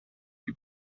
die